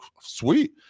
sweet